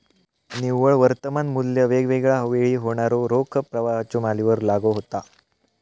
निव्वळ वर्तमान मू्ल्य वेगवेगळा वेळी होणाऱ्यो रोख प्रवाहाच्यो मालिकेवर लागू होता